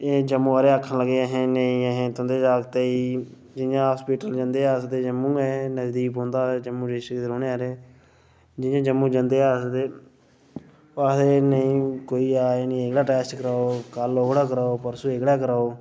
जम्मू आह्ले आखन लेगे के नेईं अहें तुं'दे जागतै गी जि'यां हास्पिटल जंदे अस ते जम्मू गै हे नजदीक पौंदा हा जम्मू डिस्ट्रिक दे रौह्ने आह्ले हे जि'यां जम्मू जंदे हे अस ते ओह् आखदे हे नेईं कोई आए नेईं कोई एह्ड़ा टैस्ट कराओ कल ओह्ड़ा कराओ परसूं एह्ड़ा कराओ